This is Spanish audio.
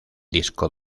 disco